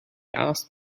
asked